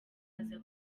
aza